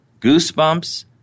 Goosebumps